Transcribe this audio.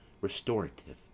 restorative